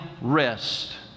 rest